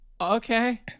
Okay